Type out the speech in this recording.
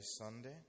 Sunday